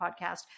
podcast